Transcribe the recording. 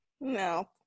No